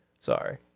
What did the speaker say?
Sorry